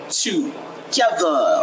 together